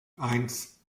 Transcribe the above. eins